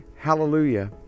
hallelujah